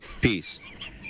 Peace